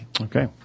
Okay